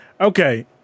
okay